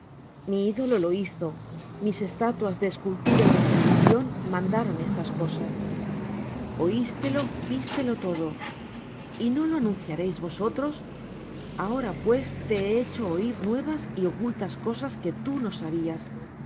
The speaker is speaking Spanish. mi ídolo lo hizo mis estatuas de escultura y de fundición mandaron estas cosas oístelo vístelo todo y no lo anunciaréis vosotros ahora pues te he hecho oir nuevas y ocultas cosas que tú no sabías